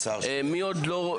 חברים, מי עוד לא ?